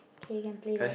K can play that